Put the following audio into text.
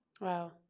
Wow